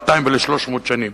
ול-200 ול-300 שנים.